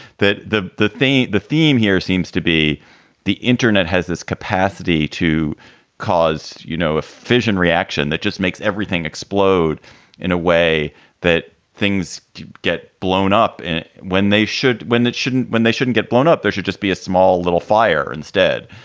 that the the theme the theme here seems to be the internet has this capacity to cause, you know, a fusion reaction that just makes everything explode in a way that things get blown up when they should, when it shouldn't, when they shouldn't get blown up. there should just be a small little fire instead.